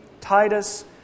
Titus